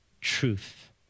truth